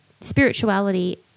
spirituality